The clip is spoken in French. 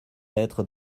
être